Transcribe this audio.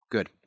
Good